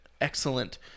Excellent